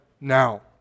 now